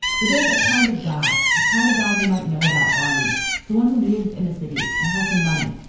but there's a kind of guy, the kind of guy who might know about barney's, someone who lives in a city and has some money,